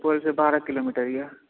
सुपौलसँ बारह किलोमीटर यऽ